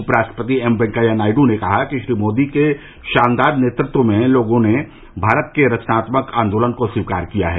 उपराष्ट्रपति एम वेंकैया नायड् ने कहा कि श्री मोदी के शानदार नेतृत्व में लोगों ने नये भारत के रचनात्मक आंदोलन को स्वीकार किया है